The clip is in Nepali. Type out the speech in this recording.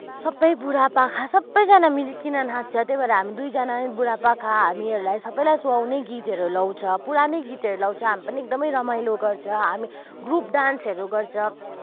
सबै बुढापाका सबैजना मिलिकन नाच्छ त्यही भएर हामी दुईजना नै बुढापाका हामीहरूलाई सबैलाई सुहाउने गीतहरू लाउँछ पुरानै गीतहरू लाउँछ हामी पनि एकदमै गर्छ हामी ग्रुप डान्सहरू गर्छ